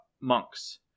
monks